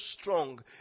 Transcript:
strong